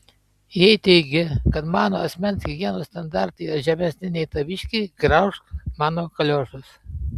jei teigi kad mano asmens higienos standartai yra žemesni nei taviškiai graužk mano kaliošus